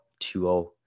2-0